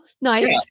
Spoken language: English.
Nice